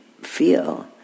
feel